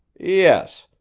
yes.